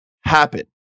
happen